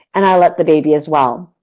and i let the baby, as well.